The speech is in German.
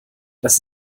das